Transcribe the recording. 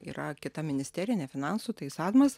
yra kita ministerija ne finansų tai sadmas